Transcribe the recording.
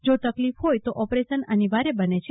જો તકલીફ હોય તો ઓપરેશન અનિવાર્ય બને છે